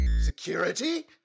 Security